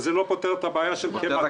זה לא פותר את הבעיה של ה-200.